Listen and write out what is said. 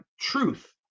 truth